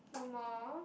no more